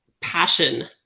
passion